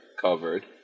covered